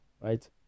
right